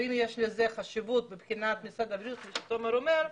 אם יש לזה חשיבות מבחינת משרד הבריאות כפי שתומר אומר,